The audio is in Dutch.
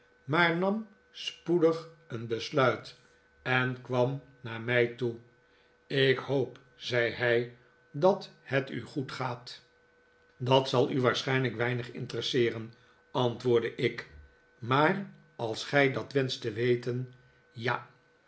maar nam spoedig een besluit en kwam naar mij toe ik hoop zei hij dat het u goed gaat dat zal u waarschijnlijk weinig interesseeren antwoordde ik maar als gij het dan wenscht te weten ja